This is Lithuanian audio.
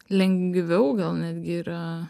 lengviau gal netgi yra